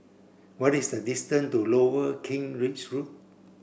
what is the distance to Lower Kent Ridge Road